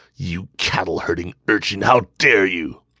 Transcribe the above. you cattle-herding urchin! how dare you!